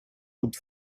would